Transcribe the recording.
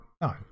No